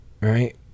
Right